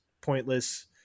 pointless